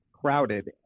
crowded